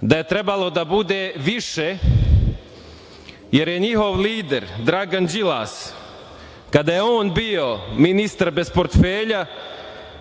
da je trebalo da bude više, jer je njihov lider Dragan Đilas, kada je on bio ministar bez portfelja,